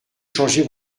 changer